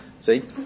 See